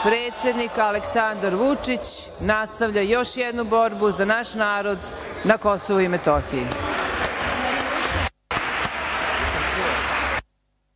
predsednik Aleksandar Vučić nastavlja još jednu borbu za naš narod na Kosovu i Metohiji.